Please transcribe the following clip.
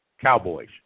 Cowboys